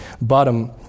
bottom